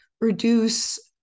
reduce